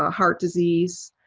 ah heart disease.